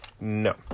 No